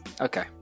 okay